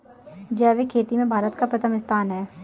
जैविक खेती में भारत का प्रथम स्थान है